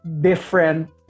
different